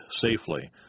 safely